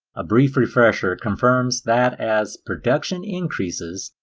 a brief refresher confirms that as production increases,